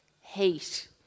hate